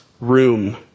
room